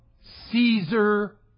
Caesar